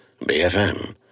BFM